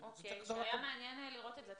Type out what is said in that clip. היה מעניין לראות את זה.